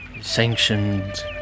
sanctioned